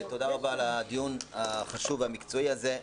תודה רבה על הדיון החשוב והמקצועי הזה.